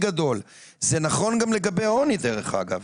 זה נכון גם לגבי עוני, דרך אגב.